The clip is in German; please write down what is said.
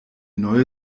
neue